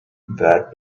that